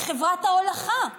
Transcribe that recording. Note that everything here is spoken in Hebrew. הם הולכים לעבוד בחברת ההולכה.